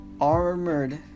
armored